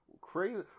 Crazy